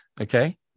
Okay